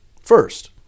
First